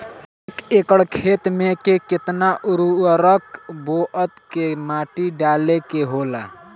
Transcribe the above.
एक एकड़ खेत में के केतना उर्वरक बोअत के माटी डाले के होला?